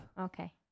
Okay